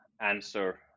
answer